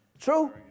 True